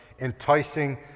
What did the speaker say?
enticing